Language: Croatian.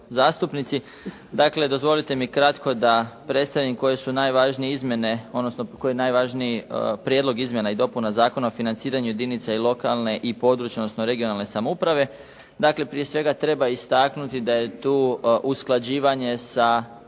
zastupnici. Dozvolite mi kratko da predstavim koje su najvažnije izmjene odnosno koji je najvažniji prijedlog izmjena i dopuna Zakona o financiranju jedinica lokalne i područne odnosno regionalne samouprave. Dakle, prije svega treba istaknuti da je tu usklađivanje sa